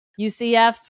UCF